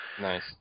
nice